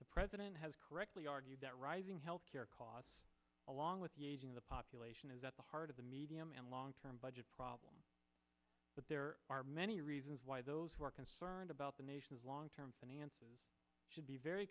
the president has correctly argued that rising health care costs along with the aging of the population is at the heart of the medium and long term budget problem but there are many reasons why those who are concerned about the nation's long term finance should be very